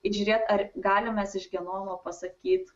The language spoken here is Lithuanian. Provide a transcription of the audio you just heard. žiūrėt ar galime mes iš genomo pasakyt